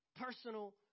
personal